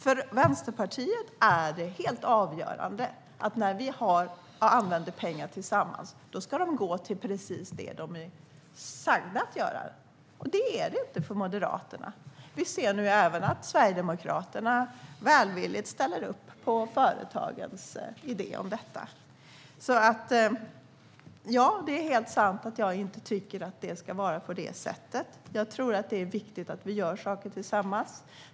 För Vänsterpartiet är det helt avgörande att när vi använder pengar tillsammans ska de gå precis till det som vi sagt att de ska gå till. Det är det inte för Moderaterna. Vi ser nu att även Sverigedemokraterna välvilligt ställer upp på företagens idé om detta. Det är helt sant att jag inte tycker att det ska vara på det sättet. Det är viktigt att vi gör saker tillsammans.